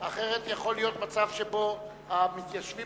אחרת יכול להיות מצב שבו המתיישבים